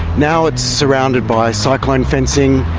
now it's surrounded by cyclone fencing.